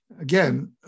again